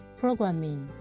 programming